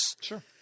Sure